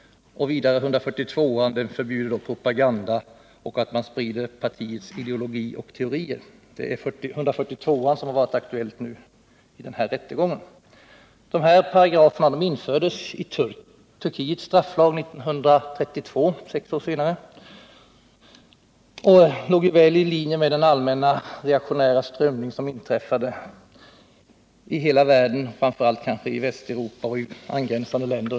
142 § förbjuder propaganda och spridande av partiets ideologi och teori. I detta fall är det 142 8 som varit aktuell. Dessa paragrafer infördes i Turkiets strafflag 1932 och låg väl i linje med den allmänna reaktionära strömning som inträffade under denna tid i hela världen, framför allt i Västeuropa och angränsande länder.